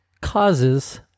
causes